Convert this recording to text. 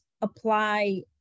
apply